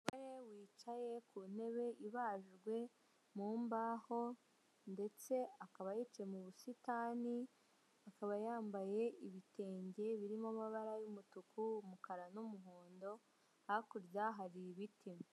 Umugore wicaye ku ntebe ibajwe mu mbaho ndetse akaba yicaye mu busitani, akaba yambaye ibitenge birimo amabara y'umutuku umukara n'umuhondo, hakurya hari ibiti.